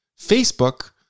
Facebook